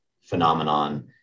phenomenon